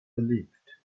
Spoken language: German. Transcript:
verliebt